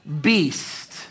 beast